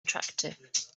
attractive